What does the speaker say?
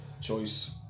choice